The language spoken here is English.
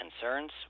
concerns